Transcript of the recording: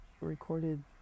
recorded